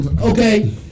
Okay